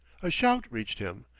a shout reached him.